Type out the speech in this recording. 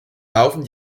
laufen